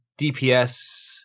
DPS